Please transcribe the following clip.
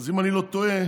אם אני לא טועה,